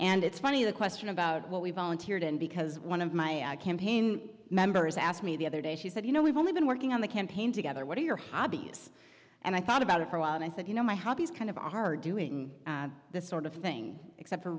and it's funny the question about what we volunteered because one of my campaign members asked me the other day she said you know we've only been working on the campaign together what are your hobbies and i thought about it for a while and i thought you know my hobbies kind of are doing this sort of thing except for